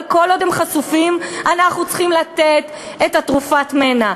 אבל כל עוד הם חשופים אנחנו צריכים לתת את תרופת המנע: